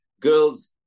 girls